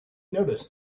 noticed